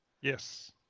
Yes